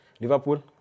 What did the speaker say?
Liverpool